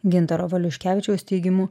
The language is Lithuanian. gintaro valiuškevičiaus teigimu